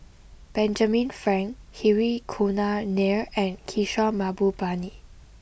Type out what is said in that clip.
Benjamin Frank Hri Kumar Nair and Kishore Mahbubani